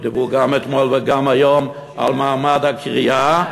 שדיברו גם אתמול וגם היום על מעמד הקריעה,